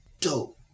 dope